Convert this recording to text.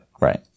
Right